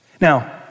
Now